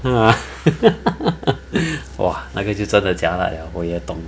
!wah! 那个就真的 jialat 了我也懂